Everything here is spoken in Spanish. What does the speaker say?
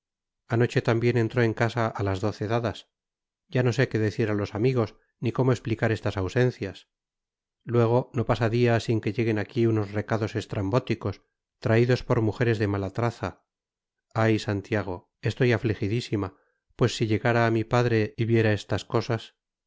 anoche también entró en casa a las doce dadas ya no sé qué decir a los amigos ni cómo explicar estas ausencias luego no pasa día sin que lleguen aquí unos recados estrambóticos traídos por mujeres de mala traza ay santiago estoy afligidísima pues si llegara a mi padre y viera estas cosas